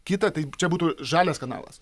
kita taip čia būtų žalias kanalas